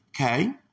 Okay